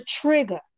trigger